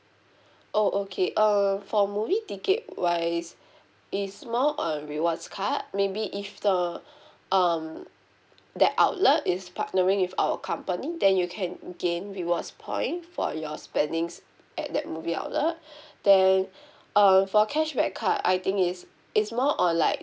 oh okay err for movie ticket wise is more on rewards card maybe if the um that outlet is partnering with our company then you can gain rewards point for your spending at that movie outlet then um for cashback card I think it's it's more on like